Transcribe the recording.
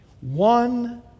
One